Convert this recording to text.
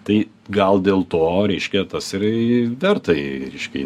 tai gal dėl to reiškia tas ir verta i reiškia